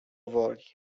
woli